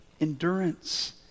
endurance